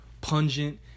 pungent